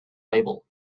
label